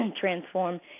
transform